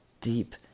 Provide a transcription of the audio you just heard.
deep